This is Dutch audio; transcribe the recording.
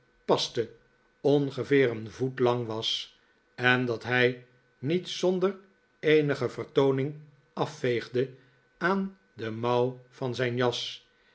paste ongeveer een voet lang was en dat hij niet zonder eenige vertooning afveegde aan de mouw van zijn jas